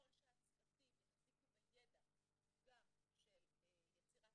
ככל שהצוותים יחזיקו בידע גם של יצירת